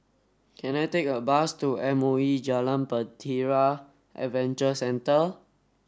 can I take a bus to M O E Jalan Bahtera Adventure Centre